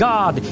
God